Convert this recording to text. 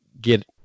get